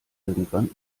irgendwann